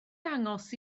dangos